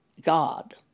God